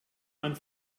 man